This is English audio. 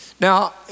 Now